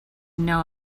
know